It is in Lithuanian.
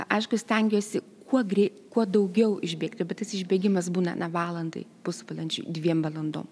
aišku stengiuosi kuo grei kuo daugiau išbėgti bet jis išbėgimas būna na valandai pusvalandžiui dviem valandom